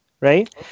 right